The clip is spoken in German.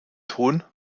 tun